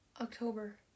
October